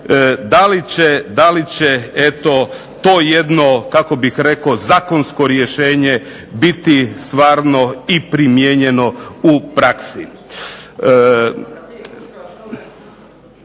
da li će eto to jedno kako bih rekao zakonsko rješenje biti primijenjeno i u praksi?